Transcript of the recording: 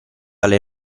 alle